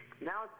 Now